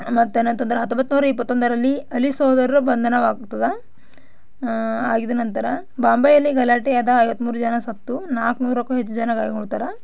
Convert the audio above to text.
ಮತ್ತೇನಂತಂದ್ರೆ ಹತ್ತೊಂಬತ್ತು ನೂರ ಇಪ್ಪತ್ತೊಂದರಲ್ಲಿ ಅಲಿ ಸಹೋದರರ ಬಂಧನವಾಗ್ತದೆ ಆದ ನಂತರ ಬಾಂಬೆಯಲ್ಲಿ ಗಲಾಟೆಯಾದ ಐವತ್ತ್ಮೂರು ಜನ ಸತ್ತು ನಾಲ್ಕುನೂರಕ್ಕೂ ಹೆಚ್ಚು ಜನ ಗಾಯಗೊಳ್ತಾರೆ